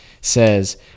says